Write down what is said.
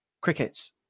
Crickets